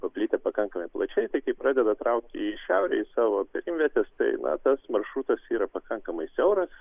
paplitę pakankamai plačiai tai kai pradeda traukti į šiaurę į savo perimvietes tai na tas maršrutas yra pakankamai siauras